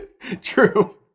True